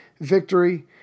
victory